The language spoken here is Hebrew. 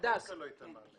ייתן מענה.